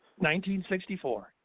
1964